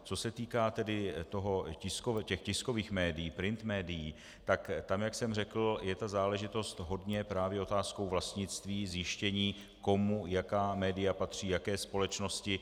Co se týká těch tiskových medií, print médií, tak tam, jak jsem řekl, je to záležitost hodně právě otázkou vlastnictví, zjištění, komu jaká media patří, jaké společnosti.